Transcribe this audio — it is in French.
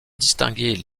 distinguer